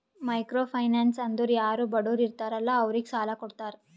micro finance ಅಂದುರ್ ಯಾರು ಬಡುರ್ ಇರ್ತಾರ ಅಲ್ಲಾ ಅವ್ರಿಗ ಸಾಲ ಕೊಡ್ತಾರ್